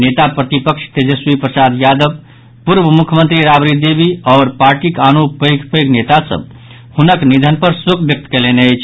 नेता प्रतिपक्ष तेजस्वी प्रसाद यादव पूर्व मुख्यमंत्री राबड़ी देवी आओर पार्टीक आनो पैघ पैघ नेता सभ हुनके निधन पर शोक व्यक्त कयलनि अछि